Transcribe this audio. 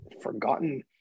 forgotten